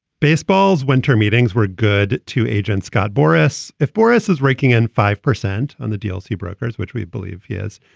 baseball's winter meetings were good, too. agent scott boras if boras is raking in five percent on the deals he brokers, which we believe he is,